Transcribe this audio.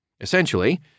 Essentially